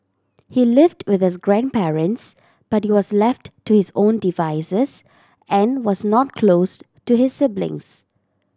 he lived with his grandparents but he was left to his own devices and was not close to his siblings